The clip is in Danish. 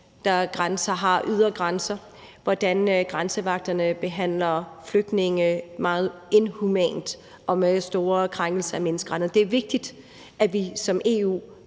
vi har set, hvordan grænsevagter behandler flygtninge meget inhumant og med store krænkelser af menneskerettighederne. Det er vigtigt, at vi alle